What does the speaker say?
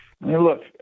Look